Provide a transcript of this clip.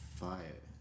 fire